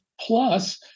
Plus